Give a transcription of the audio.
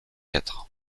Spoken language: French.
quatre